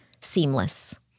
seamless